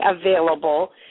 available